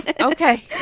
Okay